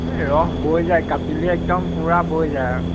এই ৰস বৈ যায় কাটিলেই একদম পুৰা বৈ যায় আৰু